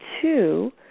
two